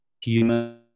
human